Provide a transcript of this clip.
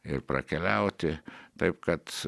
ir prakeliauti taip kad